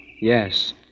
Yes